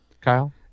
kyle